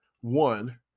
one